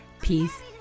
peace